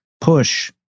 push